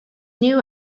new